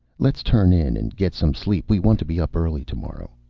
let's turn in and get some sleep. we want to be up early tomorrow.